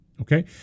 okay